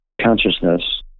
consciousness